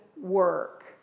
work